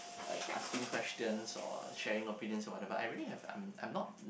like asking questions or sharing opinions of other I really have a I'm I'm not